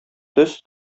төс